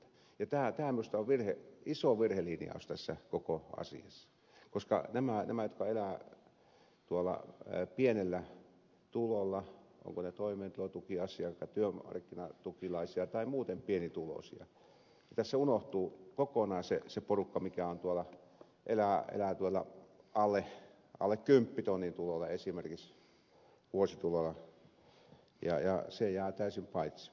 tämä minusta on virhe iso virhelinjaus tässä koko asiassa koska unohtuvat nämä jotka elävät pienellä tulolla ovatko he toimeentulotukilaisia työmarkkinatukilaisia tai muuten pienituloisia tässä unohtuu kokonaan se porukka joka elää alle kymppitonnin vuosituloilla esimerkiksi se jää täysin paitsi